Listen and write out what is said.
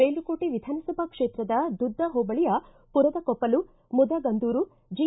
ಮೇಲುಕೋಟೆ ವಿಧಾನಸಭಾ ಕ್ಷೇತ್ರದ ದುದ್ದ ಹೋಬಳಿಯ ಪುರದಕೊಪ್ಪಲು ಮುದಗಂದೂರು ಜಿ